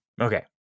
Okay